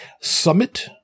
summit